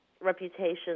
reputation